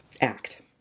act